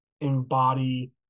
embody